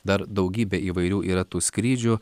dar daugybė įvairių yra tų skrydžių